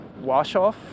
wash-off